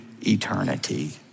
eternity